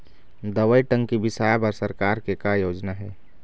दवई टंकी बिसाए बर सरकार के का योजना हे?